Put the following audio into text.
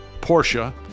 Porsche